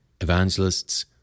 evangelists